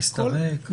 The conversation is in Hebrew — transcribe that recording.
להסתרק.